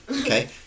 Okay